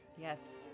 yes